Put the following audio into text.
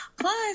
plus